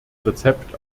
rezept